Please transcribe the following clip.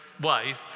ways